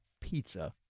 pizza